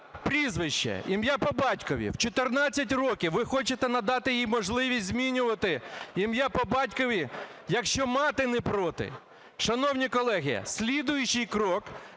прізвище, ім'я по батькові. В 14 років ви хочете надати їй можливість змінювати ім'я по батькові, якщо мати не проти. Шановні колеги, слідуючий крок